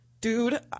Dude